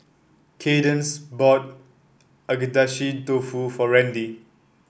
Kaydence bought Agedashi Dofu for Randy